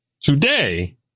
today